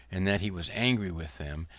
and that he was angry with them,